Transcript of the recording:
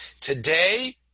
Today